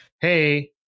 hey